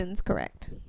correct